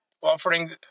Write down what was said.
offering